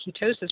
ketosis